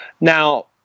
now